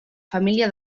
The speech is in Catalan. família